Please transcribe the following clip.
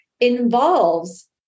involves